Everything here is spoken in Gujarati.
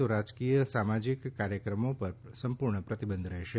તો રાજકીય સામાજિક કાર્યક્રમો પર સંપૂર્ણ પ્રતિબંધરહેશે